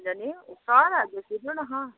কিজানি ওচৰৰে বেছি দূৰ নহয়